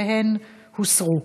והן הוסרו.